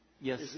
Yes